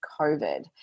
COVID